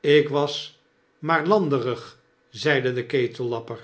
ik was maar landerig zeide de